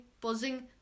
buzzing